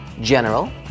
General